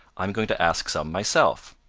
i am going to ask some myself.